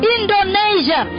Indonesia